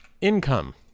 income